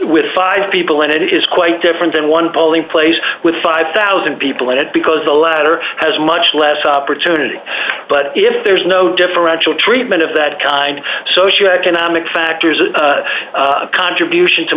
with five people in it is quite different than one polling place with five thousand people in it because the latter has much less opportunity but if there's no differential treatment of that kind of socioeconomic factors a contribution to